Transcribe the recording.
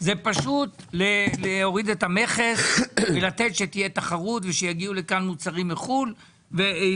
התוצאה תהיה כזאת שבסופו של דבר המפעל ייסגר וזה